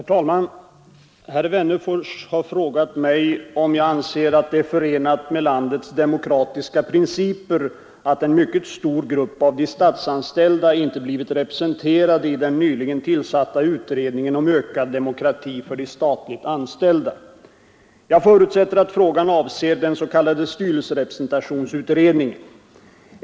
Herr talman! Herr Wennerfors har frågat mig om jag anser att det är förenat med landets demokratiska principer att en mycket stor grupp av de statsanställda inte blivit representerade i den nyligen tillsatta utredningen om ökad demokrati för de statligt anställda. Jag förutsätter att frågan avser den s.k. styrelserepresentationsutredningen.